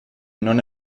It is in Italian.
non